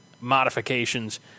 modifications